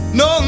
no